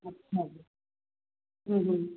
अच्छा